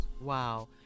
Wow